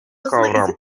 kavram